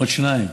עוד שתיים.